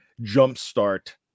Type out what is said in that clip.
jumpstart